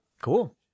Cool